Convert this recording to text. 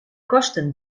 kosten